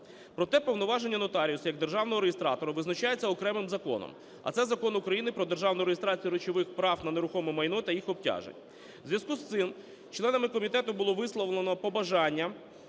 Проте повноваження нотаріуса як державного реєстратора визначаються окремим законом, а це Закон України "Про державну реєстрацію речових прав на нерухоме майно та їх обтяжень". У зв'язку з цим членами комітету було висловлено побажання